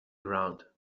ground